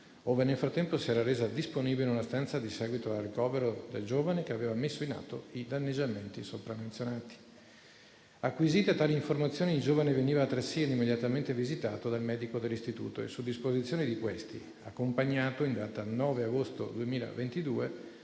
dove nel frattempo si era resa disponibile una stanza, a seguito del ricovero del giovane che aveva messo in atto i danneggiamenti sopramenzionati. Acquisite tali informazioni, il giovane veniva altresì immediatamente visitato dal medico dell'istituto e, su disposizione di questi, accompagnato, in data 9 agosto 2022,